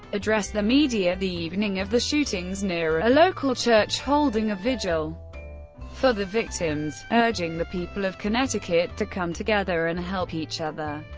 addressed the media the evening of the shootings near a local church holding a vigil for the victims, urging the people of connecticut to come together and help each other.